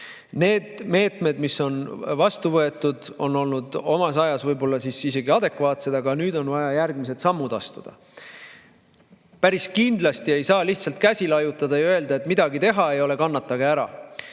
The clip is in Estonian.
Need meetmed, mis on võetud, olid omas ajas võib-olla isegi adekvaatsed, aga nüüd on vaja järgmised sammud astuda. Päris kindlasti ei saa lihtsalt käsi laiutada ja öelda, et midagi ei ole teha, kannatage ära.